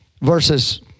Verses